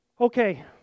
Okay